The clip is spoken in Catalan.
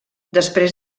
després